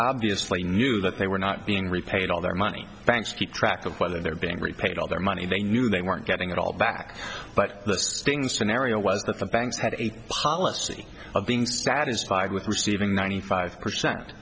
obviously knew that they were not being repaid all their money banks keep track of whether they're being repaid all their money they knew they weren't getting it all back but the sting scenario was that the banks had a policy of being satisfied with receiving ninety five percent